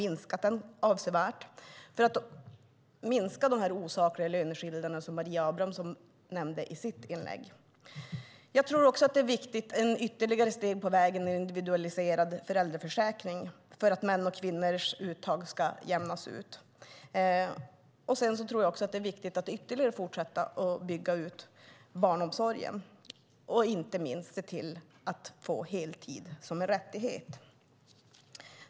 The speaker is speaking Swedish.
Vi vet att den fungerade för att minska de osakliga löneskillnaderna, som Maria Abrahamsson nämnde i sitt inlägg. Ett ytterligare viktigt steg på vägen är individualiserad föräldraförsäkring för att mäns och kvinnors uttag ska jämnas ut. Sedan är det viktigt att fortsätta att bygga ut barnomsorgen ytterligare och inte minst se till att heltid blir en rättighet.